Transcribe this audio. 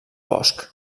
bosc